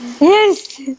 yes